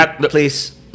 please